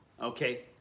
okay